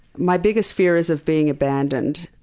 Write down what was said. my biggest fear is of being abandoned.